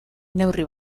neurri